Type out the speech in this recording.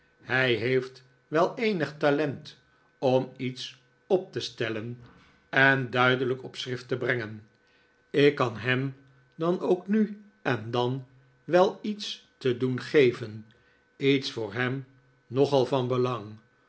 hij heeft wel eenip talent om iets op te stellen en duidelijk op schrift te brengen ik kan hem dan ook nu en dan wel iets te doen geven iets voor hem nogal van belang